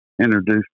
introduced